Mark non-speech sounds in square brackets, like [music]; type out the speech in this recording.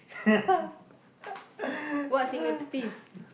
[laughs]